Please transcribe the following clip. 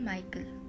Michael